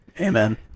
Amen